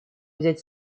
взять